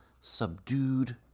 subdued